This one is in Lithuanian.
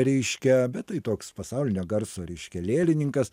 reiškia bet tai toks pasaulinio garso reiškia lėlininkas